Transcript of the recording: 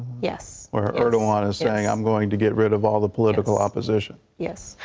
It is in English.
yes, or no on a saying i'm going to get rid of all the political opposition. yes.